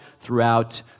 throughout